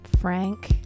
Frank